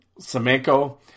Semenko